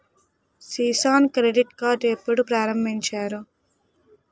Kisan credit card ఎప్పుడు ప్రారంభించారు?